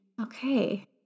okay